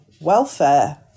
welfare